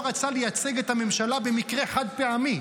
רצה לייצג את הממשלה במקרה חד-פעמי.